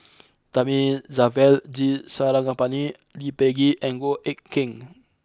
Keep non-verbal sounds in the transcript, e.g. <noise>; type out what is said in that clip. <noise> Thamizhavel G Sarangapani Lee Peh Gee and Goh Eck Kheng